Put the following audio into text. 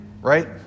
right